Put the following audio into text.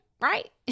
right